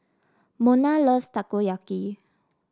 Mona loves Takoyaki